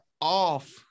off